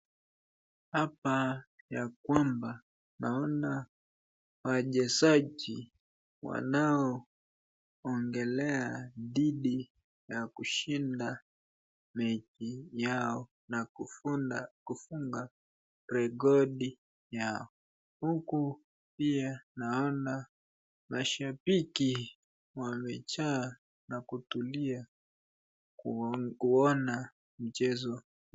Hapa ya kwamba naona wachezaji wanao ongelea dhidi ya kushinda mechi yao na kufunga rekodi yao. Huku pia naona mashabiki wamejaa na kutulia kuona mchezo.